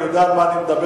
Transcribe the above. ואני יודע על מה אני מדבר.